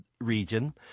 region